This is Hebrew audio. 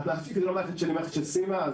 אפיק זו לא מערכת שלי, זאת מערכת של סימה.